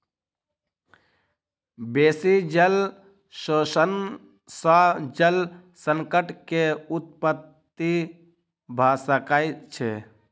बेसी जल शोषण सॅ जल संकट के उत्पत्ति भ सकै छै